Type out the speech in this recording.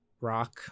rock